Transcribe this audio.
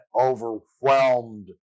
overwhelmed